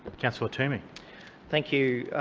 councillor toomey thank you,